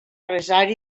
resar